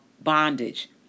bondage